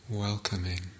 welcoming